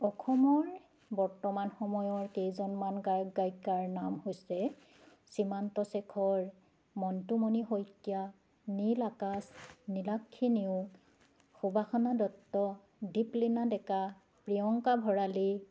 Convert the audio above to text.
অসমৰ বৰ্তমান সময়ৰ কেইজনমান গায়ক গায়িকাৰ নাম হৈছে সীমান্ত শেখৰ মন্তুমণি শইকীয়া নীল আকাশ নীলাক্ষী নেওগ সুবাসনা দত্ত দীপলীনা ডেকা প্ৰিয়ংকা ভৰালী